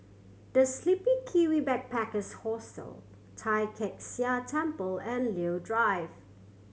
The Sleepy Kiwi Backpackers Hostel Tai Kak Seah Temple and Leo Drive